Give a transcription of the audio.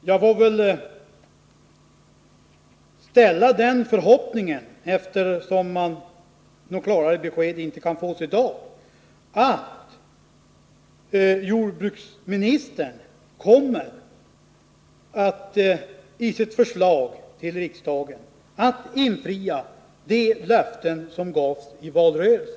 Herr talman! Jag får väl ställa den förhoppningen — eftersom något klarare besked inte kan fås i dag — att jordbruksministern i sitt förslag till riksdagen kommer att infria de löften som gavs i valrörelsen.